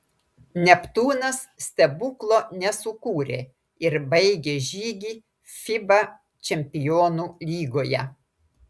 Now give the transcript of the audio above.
neptūnas stebuklo nesukūrė ir baigė žygį fiba čempionų lygoje